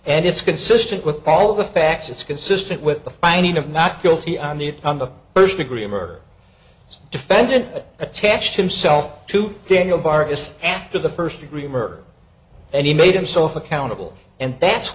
and it's consistent with all of the facts it's consistent with the finding of not guilty on the on the first degree murder defendant that attached himself to daniel virus after the first degree murder and he made himself accountable and that's